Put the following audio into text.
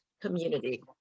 community